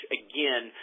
again